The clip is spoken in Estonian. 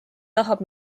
tahab